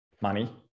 money